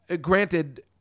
granted